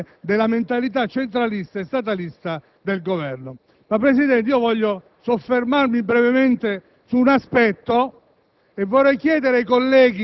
segnale molto grave della mentalità centralista e statalista del Governo. Voglio soffermarmi brevemente su un altro